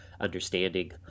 understanding